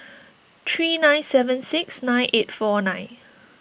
three nine seven six nine eight four nine